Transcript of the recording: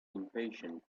impatient